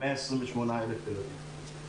ישנם 128,000 ילדים.